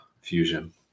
fusion